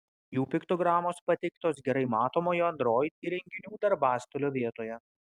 jų piktogramos pateiktos gerai matomoje android įrenginių darbastalio vietoje